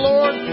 Lord